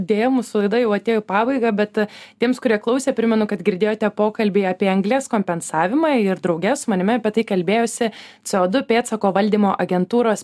deja mūsų laida jau atėjo į pabaigą bet tiems kurie klausė primenu kad girdėjote pokalbį apie anglies kompensavimą ir drauge su manimi apie tai kalbėjosi co du pėdsako valdymo agentūros